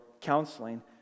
counseling